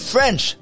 French